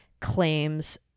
claims